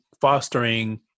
fostering